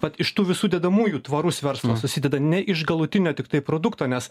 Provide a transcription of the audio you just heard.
vat iš tų visų dedamųjų tvarus verslas susideda ne iš galutinio tiktai produkto nes